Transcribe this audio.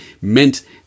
meant